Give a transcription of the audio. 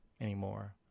anymore